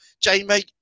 Jamie